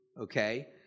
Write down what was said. Okay